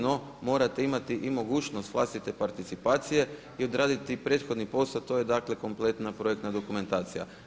No morate imati i mogućnost vlastite participacije i odraditi prethodni posao to je dakle kompletna projektna dokumentacija.